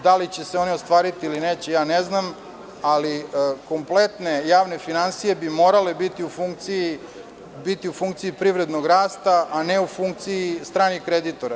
Da li će se one ostvariti ili neće, ne znam, ali kompletne javne finansije bi morale biti u funkciji privrednog rasta, a ne u funkciji stranih kreditora.